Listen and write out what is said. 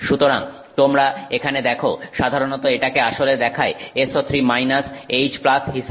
সুতরাং তোমরা এখানে দেখো সাধারণত এটাকে আসলে দেখায় SO3 H হিসাবে